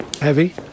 Heavy